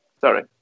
Sorry